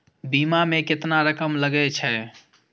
बीमा में केतना रकम लगे छै?